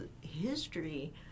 history